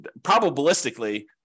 probabilistically